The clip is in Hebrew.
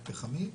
פחמית.